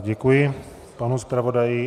Děkuji panu zpravodaji.